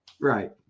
right